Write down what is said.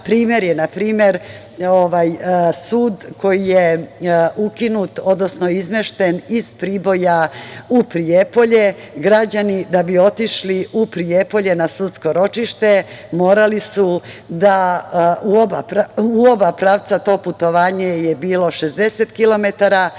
primer, sud koji je ukinut, odnosno izmešten iz Priboja u Prijepolje. Građani da bi otišli u Prijepolje na sudsko ročište morali su da u oba pravca, to putovanje je bilo 60